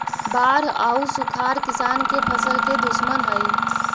बाढ़ आउ सुखाड़ किसान के फसल के दुश्मन हइ